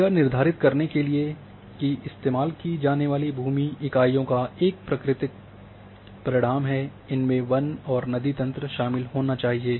यह निर्धारित करने के लिए कि इस्तेमाल की जाने वाली भूमि इकाइयों का एक प्रकृति परिणाम है इसमें वन और नदी तंत्र शामिल होना चाहिए